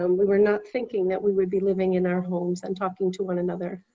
um we were not thinking that we would be living in our homes and talking to one another